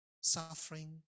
suffering